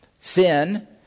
Sin